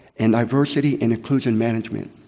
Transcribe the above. and diversity and inclusion management.